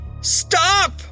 stop